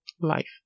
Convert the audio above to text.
life